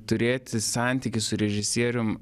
turėti santykius su režisierium